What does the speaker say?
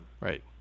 Right